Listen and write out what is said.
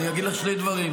אני אגיד לך שני דברים,